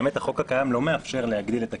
החוק הקיים לא מאפשר להגדיל את הקצבאות,